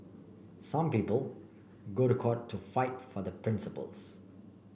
some people go to the court to fight for their principles